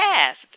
past